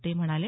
ते म्हणाले